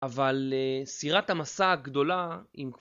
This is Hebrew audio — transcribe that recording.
אבל סירת המסע הגדולה היא...